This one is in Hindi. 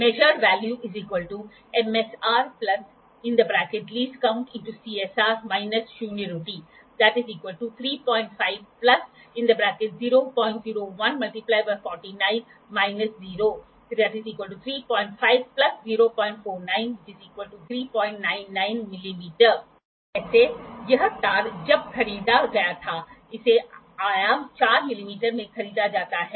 measured value MSR LC × CSR - शून्य त्रुटि 35 001 × 49 −0 • 35 049 • 399 mm वैसे यह तार जब खरीदा गया था इसे आयाम 4 मिमी में खरीदा जाता है